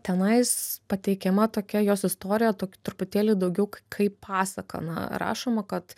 tenais pateikiama tokia jos istorija tokia truputėlį daugiau kaip pasaka na rašoma kad